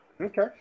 Okay